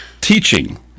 Teaching